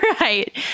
Right